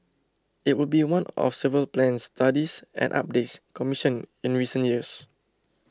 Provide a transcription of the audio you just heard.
it would be one of several plans studies and updates commissioned in recent years